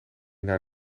naar